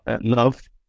love